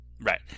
Right